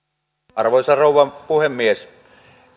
arvoisa rouva puhemies